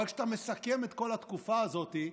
אבל כשאתה מסכם את כל התקופה הזאת,